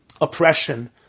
oppression